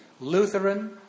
Lutheran